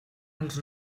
els